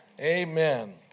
Amen